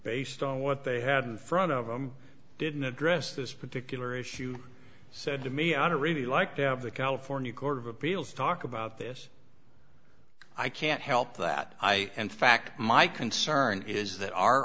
based on what they had front of him didn't address this particular issue said to me i don't really like to have the california court of appeals talk about this i can't help that i and fact my concern is that our